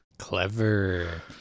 clever